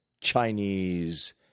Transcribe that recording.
Chinese